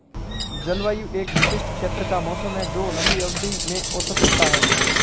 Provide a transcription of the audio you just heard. जलवायु एक विशिष्ट क्षेत्र का मौसम है जो लंबी अवधि में औसत होता है